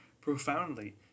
profoundly